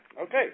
Okay